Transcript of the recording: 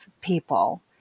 people